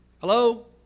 Hello